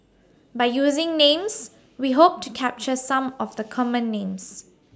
By using Names such We Hope to capture Some of The Common Names